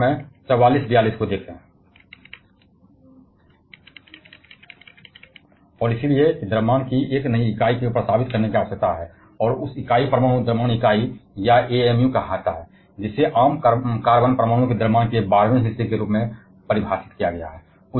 और इसलिए प्रस्तावित करने के लिए मैस की एक नई इकाई की आवश्यकता होती है और उस इकाई को परमाणु द्रव्यमान इकाई या एमु कहा जाता है जिसे आम कार्बन परमाणु के द्रव्यमान के बारहवें हिस्से के रूप में परिभाषित किया गया है